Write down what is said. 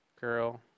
girl